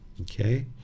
okay